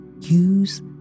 Use